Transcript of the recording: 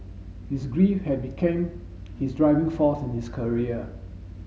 his grief had became his driving force in his career